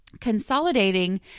consolidating